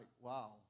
wow